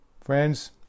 friends